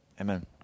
amen